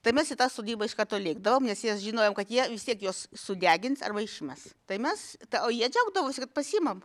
tai mes į tą sodybą iš karto lėkdavom nes jas žinojom kad jie vis tiek juos sudegins arba išmes tai mes tą o jie džiaugdavosi kad pasiimam